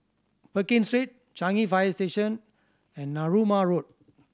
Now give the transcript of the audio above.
Pekin Street Changi Fire Station and Narooma Road